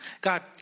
God